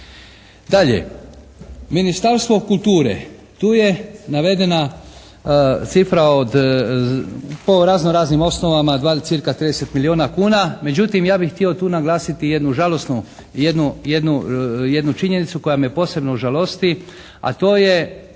Dalje. Ministarstvo kulture. Tu je navedena cifra od, po razno raznim osnovama cirka 30 milijuna kuna. Međutim ja bih htio tu naglasiti jednu žalosnu, jednu činjenicu koja me posebno žalosti a to je,